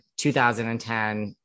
2010